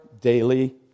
daily